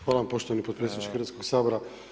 Hvala poštovani potpredsjedniče Hrvatskog sabora.